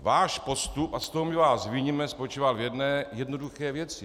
Váš postup a z toho my vás viníme spočívá v jedné jednoduché věci.